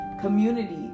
community